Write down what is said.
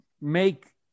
make